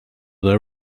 their